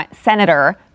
Senator